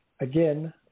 Again